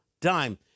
dime